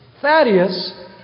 Thaddeus